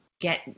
get